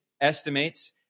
estimates